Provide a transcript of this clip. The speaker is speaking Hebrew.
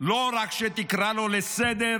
לא רק שתקרא לו לסדר,